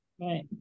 right